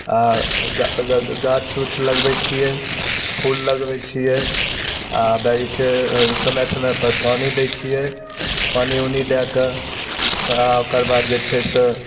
आ अगर गाछ उछ लगबै छियै फूल लगबै छियै आ दै छै समय समय पर पानि दै छियै पानि उनी दए कए सुक आ ओकरबाद जे छै से